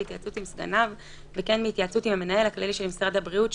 בהתייעצות עם סגניו וכן בהתייעצות עם המנהל הכללי של משרד הבריאות,